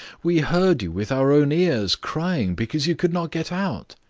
we heard you with our own ears crying because you could not get out.